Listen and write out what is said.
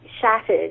shattered